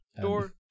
Door